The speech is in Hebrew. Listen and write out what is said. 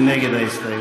מי נגד ההסתייגות?